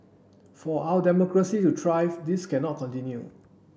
for our democracy to thrive this cannot continue